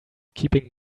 keeping